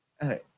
Hey